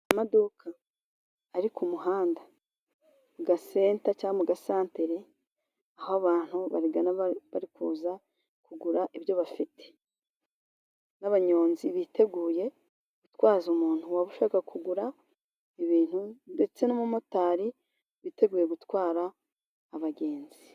Amaduka ari ku muhanda mu gasenta cyangwa mu gasantere, aho abantu barigana bari kuza kugura ibyo bafite n'abanyonzi biteguye gutwaza umuntu waba ushaka kugura ibintu, ndetse n'umumotari witeguye gutwara abagenzi.